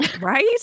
right